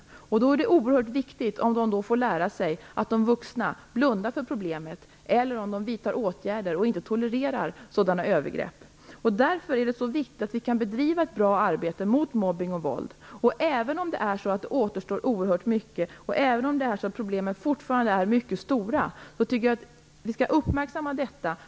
Då är det oerhört viktigt om de får lära sig att de vuxna blundar för problemet eller om de får lära sig att de vuxna vidtar åtgärder och inte tolererar sådana övergrepp. Därför är det så viktigt att vi kan bedriva ett bra arbete mot mobbning och våld. Även om det återstår oerhört mycket och även om problemen fortfarande är mycket stora, tycker jag att vi skall uppmärksamma detta.